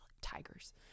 tigers